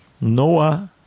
Noah